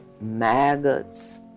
maggots